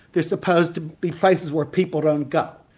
they're supposed to be places where people don't go?